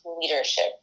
leadership